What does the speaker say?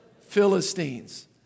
Philistines